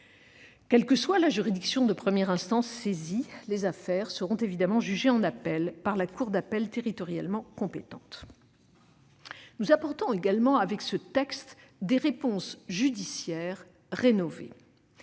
Quelle que soit la juridiction de première instance saisie, les affaires seront évidemment jugées en appel par la cour d'appel territorialement compétente. Nous apportons également avec ce texte des réponses judiciaires rénovées.